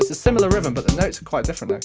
ah similar rhythm, but the notes are quite different.